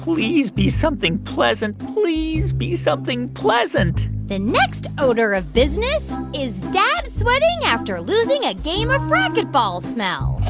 please be something pleasant. please be something pleasant the next odor of business is dad sweating after losing a game of racquetball smell